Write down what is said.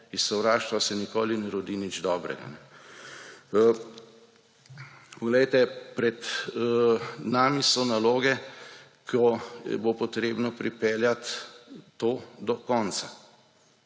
Iz sovraštva se nikoli ne rodi nič dobrega. Glejte, pred nami so naloge, ko bo potrebno pripeljat to do konca.